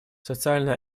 социально